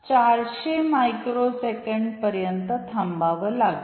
400 micro second पर्यंत थांबावं लागेल